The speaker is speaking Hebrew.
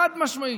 חד-משמעית: